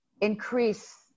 increase